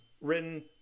written